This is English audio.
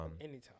anytime